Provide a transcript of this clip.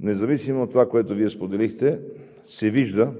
Независимо от това, което Вие споделихте, се вижда